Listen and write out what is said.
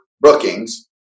Brookings